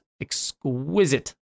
exquisite